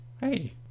hey